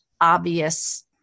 obvious